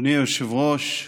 אדוני היושב-ראש,